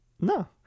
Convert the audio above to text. No